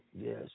Yes